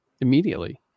immediately